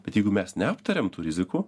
bet jeigu mes neaptarėm tų rizikų